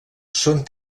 són